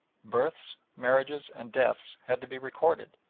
births, marriages, and deaths had to be recorded,